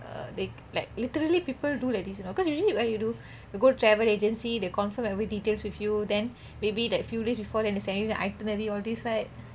like literally people do like this you know because usually where you do go travel agency they confirm every details with you then maybe that few days before then they send you the itinerary all these right